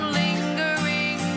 lingering